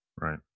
Right